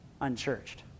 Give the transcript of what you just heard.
unchurched